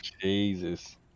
Jesus